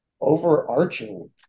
overarching